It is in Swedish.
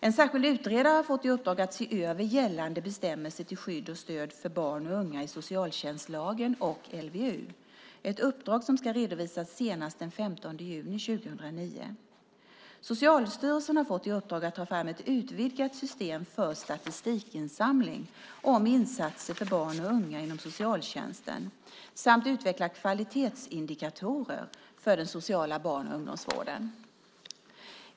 En särskild utredare har fått i uppdrag att se över gällande bestämmelser till skydd och stöd för barn och unga i socialtjänstlagen och LVU - ett uppdrag som ska redovisas senast den 15 juni 2009. Socialstyrelsen har fått i uppdrag att ta fram ett utvidgat system för statistikinsamling om insatser för barn och unga inom socialtjänsten samt utveckla kvalitetsindikatorer för den sociala barn och ungdomsvården.